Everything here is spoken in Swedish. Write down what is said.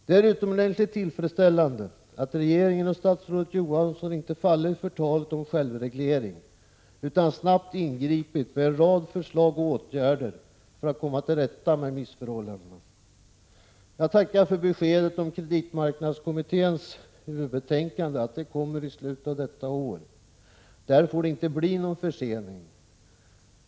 Det är utomordentligt tillfredsställande att regeringen och statsrådet Johansson inte fallit för talet om självreglering utan snabbt ingripit med en rad förslag och åtgärder för att komma till rätta med missförhållandena. Jag tackar för beskedet att kreditmarknadskommitténs huvudbetänkande kommer i slutet av detta år. Där får det inte bli någon försening.